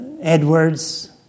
Edwards